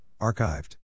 archived